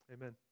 Amen